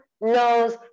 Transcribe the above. knows